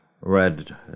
read